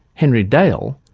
henry dale,